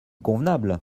convenable